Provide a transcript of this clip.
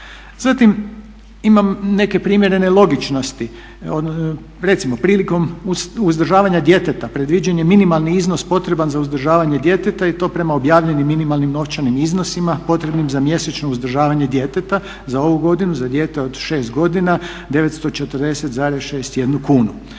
Zatim imam primjere nelogičnosti. Recimo prilikom uzdržavanja djeteta predviđen je minimalni iznos potreban za uzdržavanje djeteta i to prema objavljenim minimalnim novčanim iznosima potrebnim za mjesečno uzdržavanje djeteta za ovu godinu, za dijete od 6 godina 940,61 kunu.